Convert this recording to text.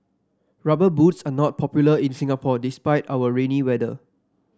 rubber boots are not popular in Singapore despite our rainy weather